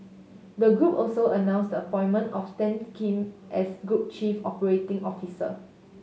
the group also announced the appointment of Stan Kim as group chief operating officer